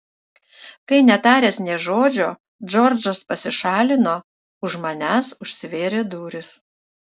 kai netaręs nė žodžio džordžas pasišalino už manęs užsivėrė durys